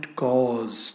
cause